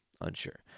unsure